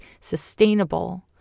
sustainable